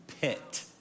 pit